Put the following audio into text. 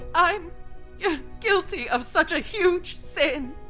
i'm yeah guilty of such a huge sin.